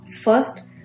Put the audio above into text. first